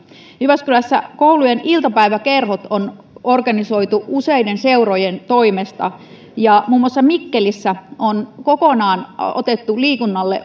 jyväskylässä koulujen iltapäiväkerhot on organisoitu useiden seurojen toimesta ja muun muassa mikkelissä on kokonaan otettu liikunnalle